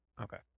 Okay